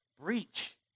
breach